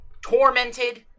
tormented